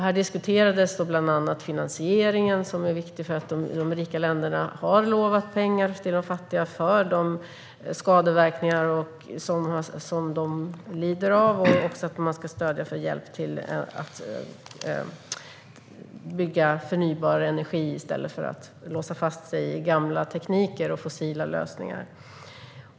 Där diskuterades bland annat finansieringen, som är viktig eftersom de rika länderna har lovat pengar till de fattiga för de skadeverkningar de lider av. Stöd ska också ges för att hjälpa till med att bygga upp förnybar energi, i stället för att man låser fast sig i gammal teknik och fossila lösningar.